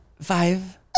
Five